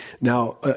Now